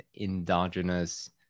endogenous